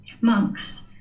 monks